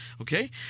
okay